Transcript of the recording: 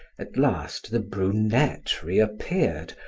at last the brunette reappeared,